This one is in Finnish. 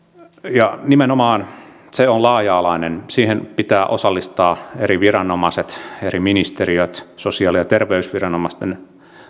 se on nimenomaan laaja alainen siihen pitää osallistaa eri viranomaisten eri ministeriöiden sosiaali ja terveysviranomaisten